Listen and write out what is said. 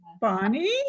Bonnie